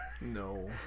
No